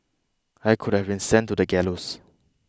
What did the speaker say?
I could have been sent to the gallows